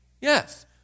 Yes